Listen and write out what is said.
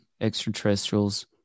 extraterrestrials